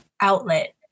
outlet